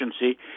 efficiency